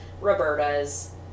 Roberta's